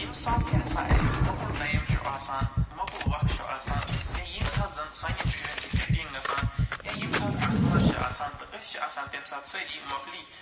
ییٚمہِ ساتہٕ تہِ ہَسا اَسہِ مَکُل ٹایِم چھُ آسان مَکُل وق چھُ آسان یا ییٚمہِ ساتہٕ زن سانٮ۪ن شُرٮ۪ن چھِ چھُٹِنۍ گَژھان یا ییٚمہِ ساتہٕ آتھوار چھِ آسان تہٕ أسۍ چھِ آسان تَمہِ سات سٲری موکلی